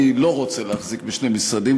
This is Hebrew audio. אני לא רוצה להחזיק בשני משרדים.